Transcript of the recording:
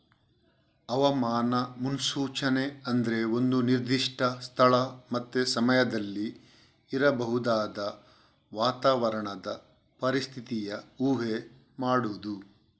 ಹವಾಮಾನ ಮುನ್ಸೂಚನೆ ಅಂದ್ರೆ ಒಂದು ನಿರ್ದಿಷ್ಟ ಸ್ಥಳ ಮತ್ತೆ ಸಮಯದಲ್ಲಿ ಇರಬಹುದಾದ ವಾತಾವರಣದ ಪರಿಸ್ಥಿತಿಯ ಊಹೆ ಮಾಡುದು